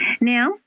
Now